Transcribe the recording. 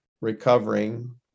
recovering